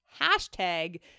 Hashtag